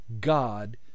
God